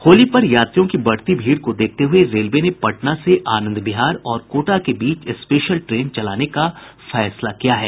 होली पर यात्रियों की बढ़ती भीड़ को देखते हुये रेलवे ने पटना से आनंद विहार और कोटा के बीच स्पेशल ट्रेन चलाने का फैसला किया है